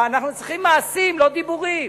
אנחנו צריכים מעשים, לא דיבורים.